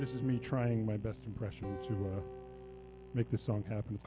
this is me trying my best impression to make the song happen